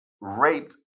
raped